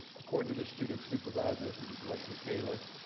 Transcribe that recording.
according to this student's supervisor, who was leslie kaler,